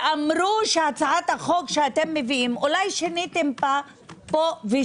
ואמרו שהצעת החוק שאתם מביאים אולי שיניתם פה ושם